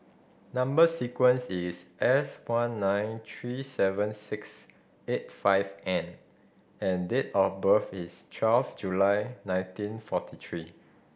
number sequence is S one nine three seven six eight five N and date of birth is twelve July nineteen forty three